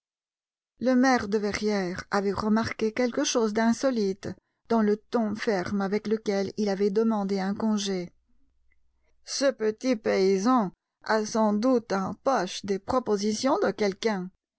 le maire de verrières avait remarqué quelque chose d'insolite dans le ton ferme avec lequel il avait demandé un congé ce petit paysan a sans doute en poche des propositions de quelqu'un